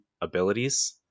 abilities